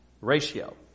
ratio